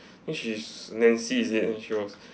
which is nancy is it and she was